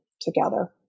together